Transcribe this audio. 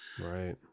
right